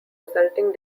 resulting